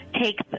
take